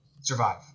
survive